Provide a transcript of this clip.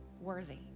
worthy